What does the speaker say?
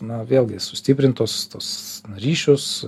na vėlgi sustiprint tuos tuos na ryšius